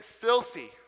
filthy